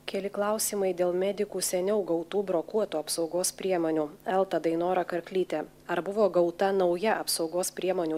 keli klausimai dėl medikų seniau gautų brokuotų apsaugos priemonių elta dainora karklytė ar buvo gauta nauja apsaugos priemonių